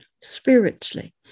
spiritually